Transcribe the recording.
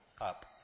up